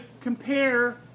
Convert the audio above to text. compare